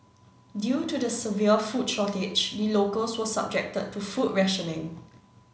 due to the severe food shortage the locals were subjected to food rationing